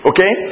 Okay